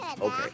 Okay